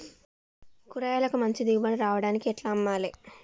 కూరగాయలకు మంచి దిగుబడి రావడానికి ఎట్ల అమ్మాలే?